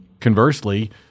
Conversely